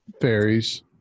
Fairies